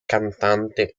cantante